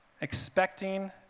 expecting